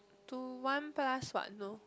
to one plus what no